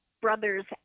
brother's